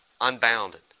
unbounded